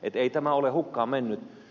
ei tämä ole hukkaan mennyt